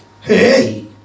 Hey